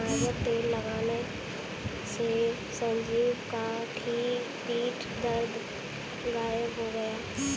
niger तेल लगाने से संजीव का पीठ दर्द गायब हो गया